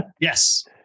Yes